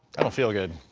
i don't feel good.